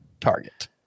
target